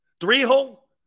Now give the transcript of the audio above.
three-hole